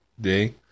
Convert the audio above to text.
day